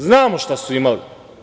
Znamo šta su imali.